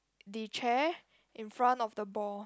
the chair in front of the ball